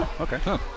Okay